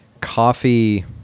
coffee